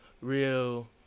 real